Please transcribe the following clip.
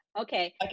Okay